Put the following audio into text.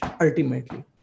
ultimately